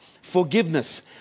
forgiveness